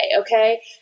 Okay